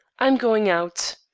i am going out.